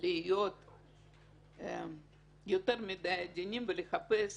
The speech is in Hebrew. להיות יותר מדי עדינים ולחפש